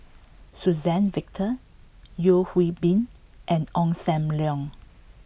Suzann Victor Yeo Hwee Bin and Ong Sam Leong